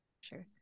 Sure